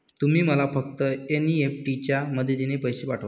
तुम्ही मला फक्त एन.ई.एफ.टी च्या मदतीने पैसे पाठवा